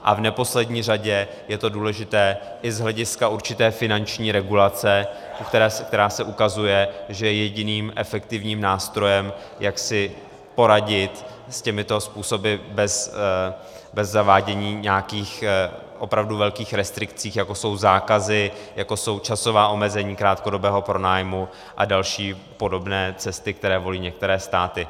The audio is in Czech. A v neposlední řadě je to důležité i z hlediska určité finanční regulace, která se ukazuje, že je jediným efektivním nástrojem, jak si poradit s těmito způsoby bez zavádění nějakých opravdu velkých restrikcí, jako jsou zákazy, jako jsou časová omezení krátkodobého pronájmu a další podobné cesty, které některé státy volí.